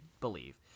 believe